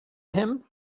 him